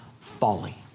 folly